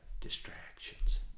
distractions